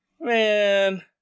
man